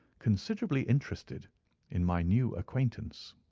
considerably interested in my new acquaintance.